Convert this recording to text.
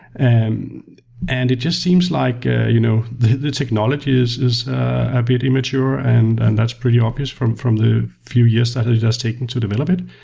and and it just seems like ah you know the the technology is is a bit immature and and that's pretty obvious from from the few years that has just taken to develop it.